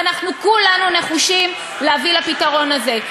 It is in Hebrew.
ואנחנו כולנו נחושים להביא לפתרון הזה.